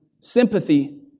sympathy